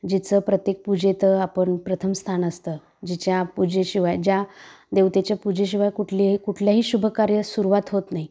जिचं प्रत्येक पूजेत आपण प्रथम स्थान असतं जिच्या पूजेशिवाय ज्या देवतेच्या पूजेशिवाय कुठलीही कुठल्याही शुभकार्य सुरुवात होत नाही